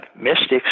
mystics